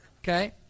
Okay